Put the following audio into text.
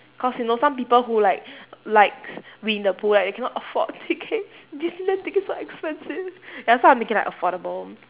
cause you know some people who like likes winnie the pooh right they cannot afford tickets disneyland tickets are expensive ya so I'll make it like affordable